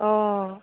অঁ